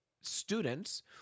students